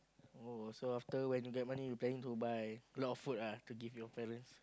oh so after when you get money you planning to buy a lot of food ah to give your parents